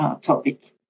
topic